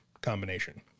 combination